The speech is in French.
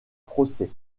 procès